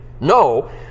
No